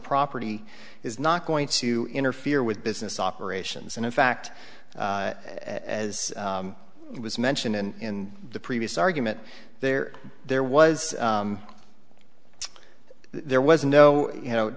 property is not going to interfere with business operations and in fact as it was mentioned in the previous argument there there was there was no you know